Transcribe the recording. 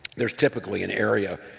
there's typically an area,